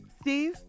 steve